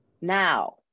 Now